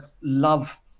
love